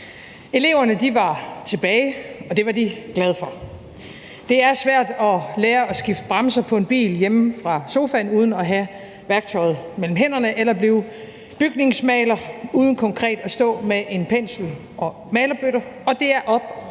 Eleverne var tilbage, og det var de glade for. Det er svært at lære at skifte bremser på en bil hjemme fra sofaen uden at have værktøjet mellem hænderne eller at blive bygningsmaler uden konkret at stå med en pensel og malerbøtter, og det er op